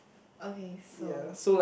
okay so